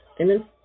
Amen